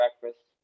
breakfast